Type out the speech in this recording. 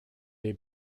they